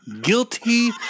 Guilty